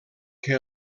que